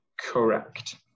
correct